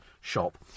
shop